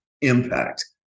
impact